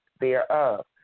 thereof